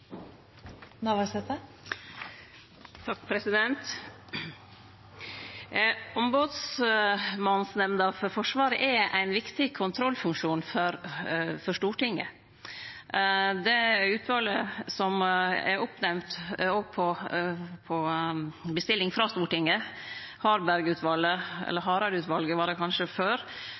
ein viktig kontrollfunksjon for Stortinget. Det utvalet som er oppnemnt på bestilling frå Stortinget – Harberg-utvalet, eller Hareide-utvalet var det kanskje før